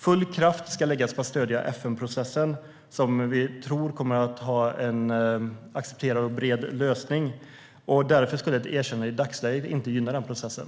Full kraft ska läggas på att stödja FN-processen, som vi tror kommer att leda till en accepterad och bred lösning. Därför skulle ett erkännande i dagsläget inte gynna den processen.